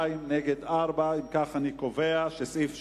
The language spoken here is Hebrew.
בעד, 72, נגד, 4. אם כך, אני קובע שסעיף 3,